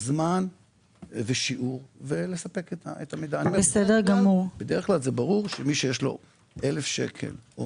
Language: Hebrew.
שיעור הגלגול הכולל הוא לא רק משנה ומעלה,